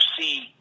see